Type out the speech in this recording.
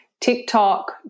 TikTok